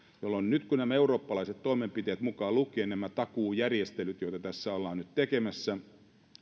jolloin nämä eurooppalaiset toimenpiteet mukaan lukien nämä takuujärjestelyt joita tässä ollaan nyt tekemässä